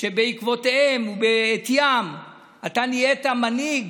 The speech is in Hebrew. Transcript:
שבעטיין נהיית מנהיג,